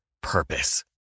purpose